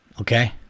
okay